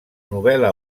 novel·la